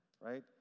right